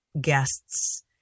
guests